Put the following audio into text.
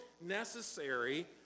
necessary